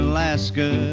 Alaska